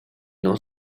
non